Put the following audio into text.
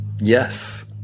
Yes